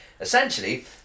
Essentially